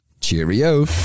cheerio